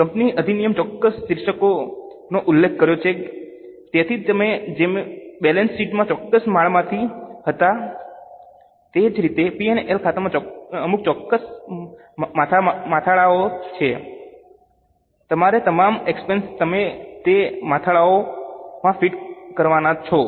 company અધિનિયમે ચોક્કસ શીર્ષકોનો ઉલ્લેખ કર્યો છે તેથી તમે જેમ બેલેન્સ શીટમાં ચોક્કસ મથાળાઓ હતા તે જ રીતે P અને L ખાતામાં અમુક ચોક્કસ મથાળાઓ છે તમારા તમામ એક્સપેન્સ તમે તે મથાળાઓમાં ફિટ કરવાના છો